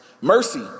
mercy